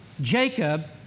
Jacob